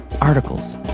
articles